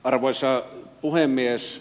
arvoisa puhemies